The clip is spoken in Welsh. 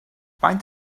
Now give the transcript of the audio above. faint